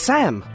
Sam